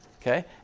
Okay